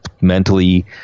mentally